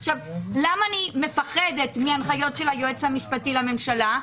למה אני פוחדת מהנחיות של היועץ המשפטי לממשלה?